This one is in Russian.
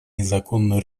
незаконный